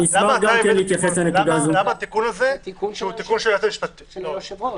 זה הכול הצעת יושב-ראש